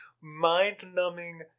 mind-numbing